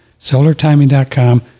Solartiming.com